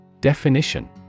Definition